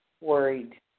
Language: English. worried